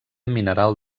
mineral